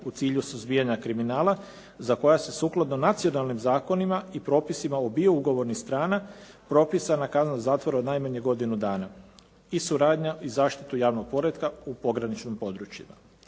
u cilju suzbijanja kriminala za koja se sukladno nacionalnim zakonima i propisima obiju ugovornih strana propisana kazna zatvora od najmanje godinu dana i suradnja i zaštita javnog poretka u pograničnim područjima.